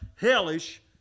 hellish